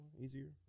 easier